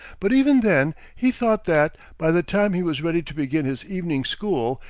but even then he thought that, by the time he was ready to begin his evening school,